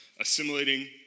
assimilating